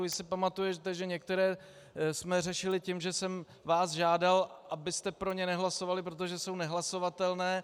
Jestli si pamatujete, že některé jsme řešili tím, že jsem vás žádal, abyste pro ně nehlasovali, protože jsou nehlasovatelné.